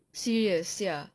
serious ya